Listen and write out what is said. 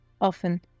often